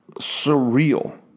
surreal